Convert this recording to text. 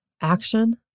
Action